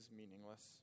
meaningless